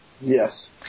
Yes